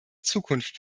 zukunft